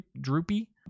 droopy